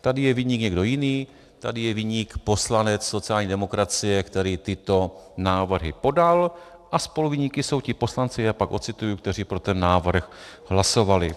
Tady je viník někdo jiný, tady je viník poslanec sociální demokracie, který tyto návrhy podal, a spoluviníky jsou ti poslanci, já je pak ocituji, kteří pro návrh hlasovali.